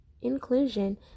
inclusion